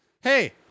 Hey